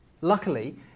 Luckily